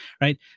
right